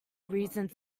reasons